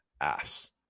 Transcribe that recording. ass